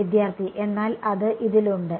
വിദ്യാർത്ഥി എന്നാൽ അത് ഇതിലുണ്ട്